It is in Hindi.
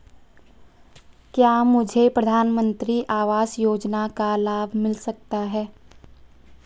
क्या मुझे प्रधानमंत्री आवास योजना का लाभ मिल सकता है?